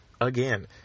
again